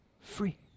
free